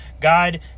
God